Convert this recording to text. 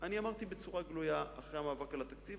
אני אמרתי בצורה גלויה אחרי המאבק על התקציב,